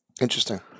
Interesting